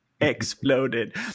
exploded